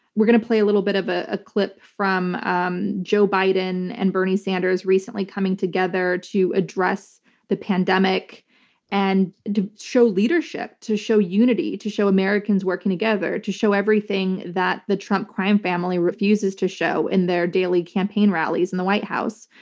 we're going to play a little bit of ah a clip from um joe biden and bernie sanders recently coming together to address the pandemic and to show leadership, to show unity, to show americans working together, to show everything that the trump crime family refuses to show in their daily campaign rallies in the white house,